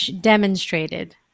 demonstrated